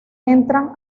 entran